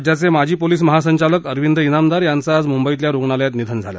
राज्याचे माजी पोलीस महासंचालक अरविंद जामदार यांचं आज मुंबईतल्या रुग्णालयात निधन झालं